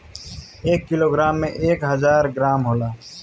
एक किलोग्राम में एक हजार ग्राम होला